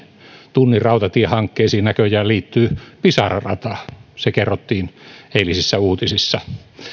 tunnin rautatiehankkeisiin näköjään liittyy pisara rata se kerrottiin eilisissä uutisissa